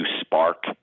spark